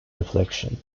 reflection